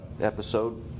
episode